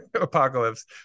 apocalypse